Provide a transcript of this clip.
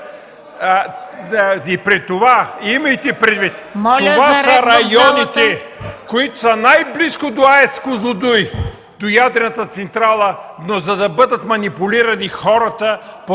ИВАНОВ: Имайте предвид, че това са районите – най-близко до АЕЦ „Козлодуй”, до ядрената централа, но за да бъдат манипулирани хората по